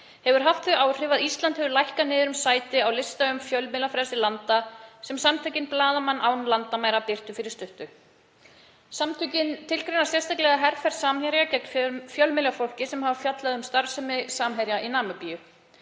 hefur haft þau áhrif að Ísland hefur færst niður um sæti á lista yfir fjölmiðlafrelsi landa, sem samtökin Blaðamenn án landamæra birtu fyrir stuttu. Samtökin tilgreina sérstaklega herferð Samherja gegn fjölmiðlafólki sem hefur fjallað um starfsemi Samherja í Namibíu.